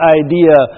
idea